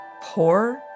poor